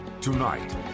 Tonight